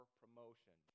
promotion